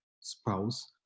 spouse